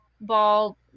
ball